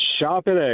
Shopping